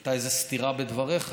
הייתה סתירה בדבריך,